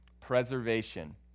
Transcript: preservation